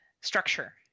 structure